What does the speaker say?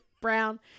Brown